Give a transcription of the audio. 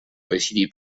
decidir